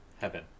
Heaven